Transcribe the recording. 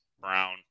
Brown